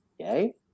okay